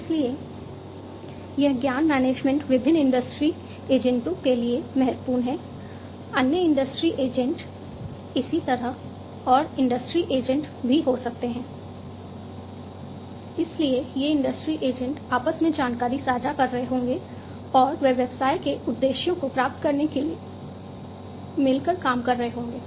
इसलिए यह ज्ञान मैनेजमेंट विभिन्न इंडस्ट्री एजेंटों के लिए महत्वपूर्ण है अन्य इंडस्ट्री एजेंट आपस में जानकारी साझा कर रहे होंगे और वे व्यवसाय के उद्देश्यों को प्राप्त करने के लिए मिलकर काम कर रहे होंगे